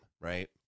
right